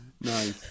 Nice